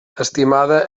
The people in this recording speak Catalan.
estimada